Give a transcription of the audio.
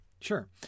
sure